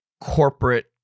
corporate